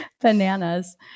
bananas